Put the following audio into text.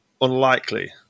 Unlikely